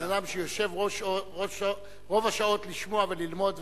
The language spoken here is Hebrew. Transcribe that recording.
בן-אדם שיושב רוב השעות לשמוע וללמוד.